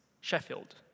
Sheffield